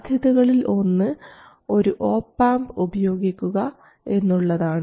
സാധ്യതകളിൽ ഒന്ന് ഒരു op amp ഉപയോഗിക്കുക എന്നതാണ്